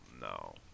no